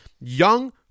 young